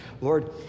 Lord